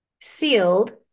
sealed